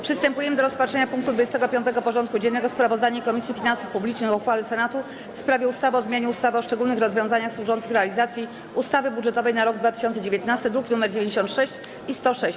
Przystępujemy do rozpatrzenia punktu 25. porządku dziennego: Sprawozdanie Komisji Finansów Publicznych o uchwale Senatu w sprawie ustawy o zmianie ustawy o szczególnych rozwiązaniach służących realizacji ustawy budżetowej na rok 2019 (druki nr 96 i 106)